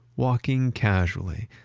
walking casually,